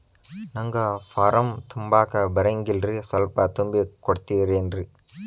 ನಂಗ ಫಾರಂ ತುಂಬಾಕ ಬರಂಗಿಲ್ರಿ ಸ್ವಲ್ಪ ತುಂಬಿ ಕೊಡ್ತಿರೇನ್ರಿ?